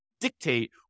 Dictate